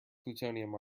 plutonium